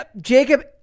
jacob